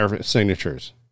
signatures